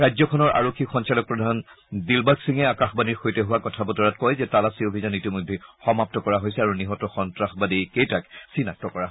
ৰাজ্যখনৰ আৰক্ষী সঞ্চালক প্ৰধান দিলবাগ সিঙে আকাশবাণীৰ সৈতে হোৱা কথা বতৰাত কয় যে তালাচী অভিযান ইতিমধ্যে সমাপ্ত কৰা হৈছে আৰু নিহত সন্নাসবাদীকেইজনক চিনাক্ত কৰা হৈছে